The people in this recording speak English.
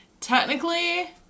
Technically